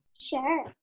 Sure